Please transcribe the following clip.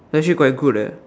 actually quite good eh